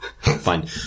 Fine